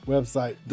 Website